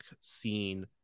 scene